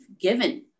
given